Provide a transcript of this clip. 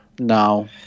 No